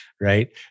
right